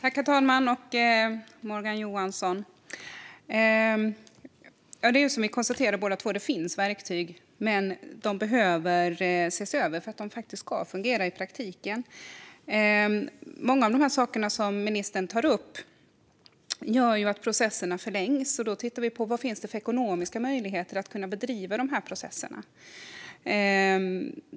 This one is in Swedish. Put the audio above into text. Herr talman och Morgan Johansson! Det är som vi konstaterade båda två: Det finns verktyg, men de behöver ses över för att de ska fungera i praktiken. Många av de saker som ministern tar upp gör att processerna förlängs. Vi kan då se på vad det finns för ekonomiska möjligheter att bedriva processerna.